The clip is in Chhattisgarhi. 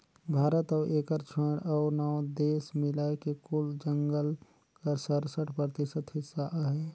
भारत अउ एकर छोंएड़ अउ नव देस मिलाए के कुल जंगल कर सरसठ परतिसत हिस्सा अहे